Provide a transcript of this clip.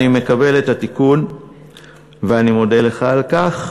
אני מקבל את התיקון ואני מודה לך על כך.